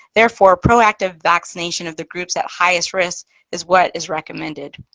therefore, proactive vaccination of the groups at highest risk is what is recommended.